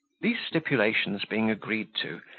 these stipulations being agreed to,